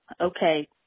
Okay